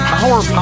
Power